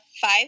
five